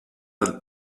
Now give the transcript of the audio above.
dal